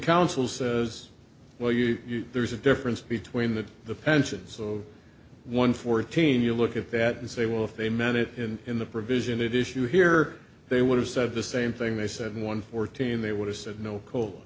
counsel says well you know there's a difference between the the pensions of one fourteen you look at that and say well if they meant it and in the provision it issue here they would have said the same thing they said one fourteen they would have said